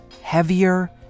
heavier